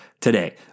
today